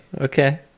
okay